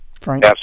Frank